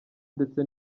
ndetse